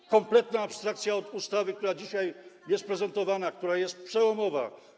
To kompletne abstrahowanie od ustawy, która dzisiaj jest prezentowana, która jest przełomowa,